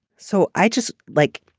so i just like